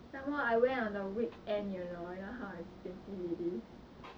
some more I went on the weekend you know you know how expensive it is